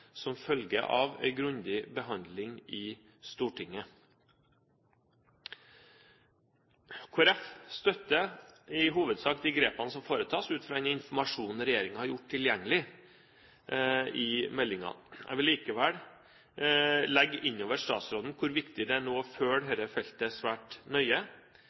som følge av en grundig behandling i Stortinget. Kristelig Folkeparti støtter i hovedsak de grepene som foretas, ut fra den informasjonen regjeringen har gjort tilgjengelig i meldingen. Jeg vil likevel legge innover statsråden hvor viktig det er nå å følge dette feltet svært nøye.